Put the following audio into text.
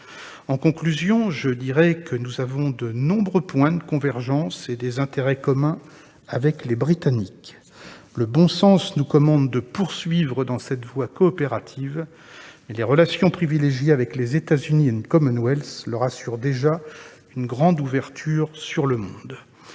En conclusion, nous avons de nombreux points de convergence et des intérêts communs avec les Britanniques. Le bon sens nous commande de poursuivre dans cette voie coopérative, mais les relations privilégiées avec les États-Unis et le Commonwealth assurent déjà à ces derniers une grande ouverture sur le monde.